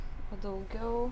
o daugiau